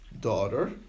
daughter